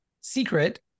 secret